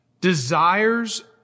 Desires